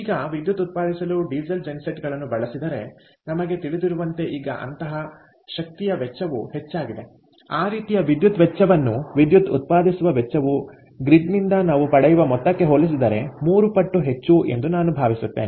ಈಗ ವಿದ್ಯುತ್ ಉತ್ಪಾದಿಸಲು ಡೀಸೆಲ್ ಜೆನ್ಸೆಟ್ಗಳನ್ನು ಬಳಸಿದರೆ ನಮಗೆ ತಿಳಿದಿರುವಂತೆ ಈಗ ಅಂತಹ ಶಕ್ತಿಯ ವೆಚ್ಚವು ಹೆಚ್ಚಾಗಿದೆ ಆ ರೀತಿಯ ವಿದ್ಯುತ್ ವೆಚ್ಚವನ್ನು ವಿದ್ಯುತ್ ಉತ್ಪಾದಿಸುವ ವೆಚ್ಚವು ಗ್ರಿಡ್ನಿಂದ ನಾವು ಪಡೆಯುವ ಮೊತ್ತಕ್ಕೆ ಹೋಲಿಸಿದರೆ 3 ಪಟ್ಟು ಹೆಚ್ಚು ಎಂದು ನಾನು ಭಾವಿಸುತ್ತೇನೆ